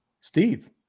Steve